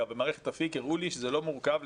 במערכת אפיק הראו לי שזה לא מורכב,